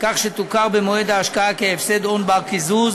כך שתוכר במועד ההשקעה כהפסד הון בר-קיזוז